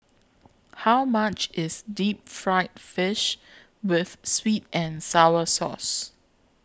How much IS Deep Fried Fish with Sweet and Sour Sauce